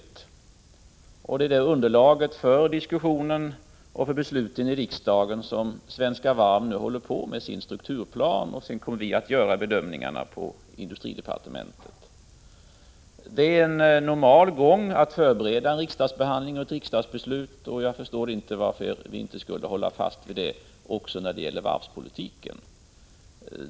Det är för att ge ett sådant underlag för diskussionen och för besluten i riksdagen som Svenska Varv nu håller på med sin strukturplan, och vi kommer sedan att göra våra bedömningar i industridepartementet. Det är en normal gång när man skall förbereda en riksdagsbehandling och ett riksdagsbeslut, och jag förstår inte varför vi inte skulle hålla fast vid den också när det gäller varvspolitiken.